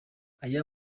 aya